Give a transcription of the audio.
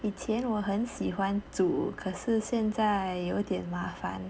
以前我很喜欢煮可是现在有点麻烦